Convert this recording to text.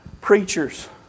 preachers